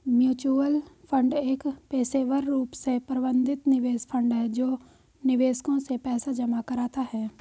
mutual fund एक पेशेवर रूप से प्रबंधित निवेश फंड है जो निवेशकों से पैसा जमा कराता है